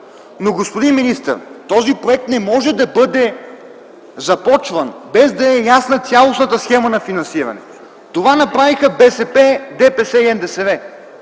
Но, господин министър, този проект не може да бъде започнат, без да е ясна цялостната схема на финансиране. Това направиха БСП, ДПС и НДСВ,